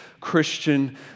Christian